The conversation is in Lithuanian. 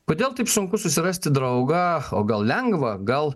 kodėl taip sunku susirasti draugą o gal lengva gal